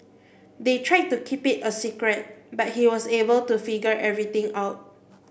they tried to keep it a secret but he was able to figure everything out